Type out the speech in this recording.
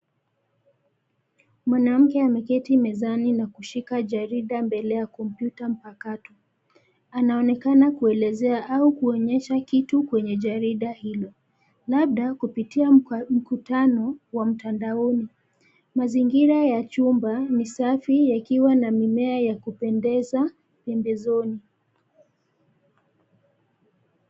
Mwanamke ameketi mezani na kushika jarida mbele ya kompyuta mpakato, anaonekana kuelezea au kuonyesha kitu kwenye jarida hilo, labda, kupitia mkutano, wa mtandaoni, mazingira ya chumba ni safi yakiwa na mimea ya kupendeza, pembezoni.